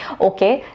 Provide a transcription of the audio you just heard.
Okay